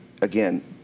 again